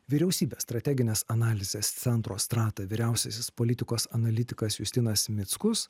vyriausybės strateginės analizės centro strata vyriausiasis politikos analitikas justinas mickus